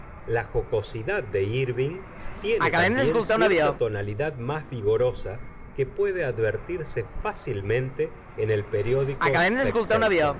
la jocosidad de írving tiene también cierta tonalidad más vigorosa que puede advertirse fácilmente en el periódico